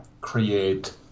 create